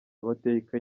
amateka